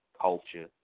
culture